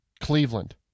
Cleveland